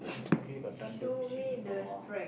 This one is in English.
luckily got thunder see oh